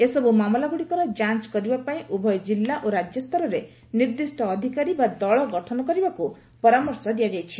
ଏସବୁ ମାମଲାଗୁଡ଼ିକର ଯାଞ୍ଚ କରିବା ପାଇଁ ଉଭୟ ଜିଲ୍ଲା ଓ ରାଜ୍ୟସ୍ତରରେ ନିର୍ଦ୍ଦିଷ୍ଟ ଅଧିକାରୀ ବା ଦଳ ଗଠନ କରିବାକୁ ପରାମର୍ଶ ଦିଆଯାଇଛି